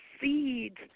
seeds